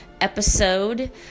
episode